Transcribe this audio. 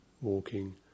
walking